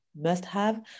must-have